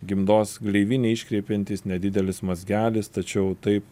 gimdos gleivinę iškreipiantis nedidelis mazgelis tačiau taip